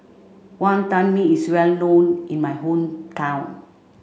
Wonton Mee is well known in my hometown